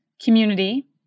community